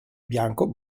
bianco